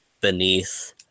beneath